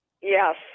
Yes